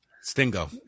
Stingo